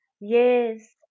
Yes